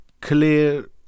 clear